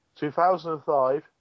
2005